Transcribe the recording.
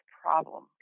problem